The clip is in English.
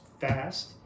fast